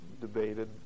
debated